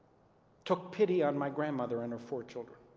took pity on my grandmother and her four children.